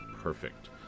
perfect